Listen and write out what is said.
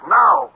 now